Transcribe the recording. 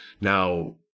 Now